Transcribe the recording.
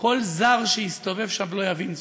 זר שיסתובב שם לא יבין זאת,